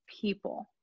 people